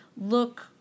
look